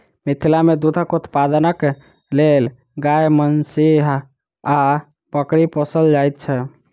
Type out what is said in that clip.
मिथिला मे दूधक उत्पादनक लेल गाय, महीँस आ बकरी पोसल जाइत छै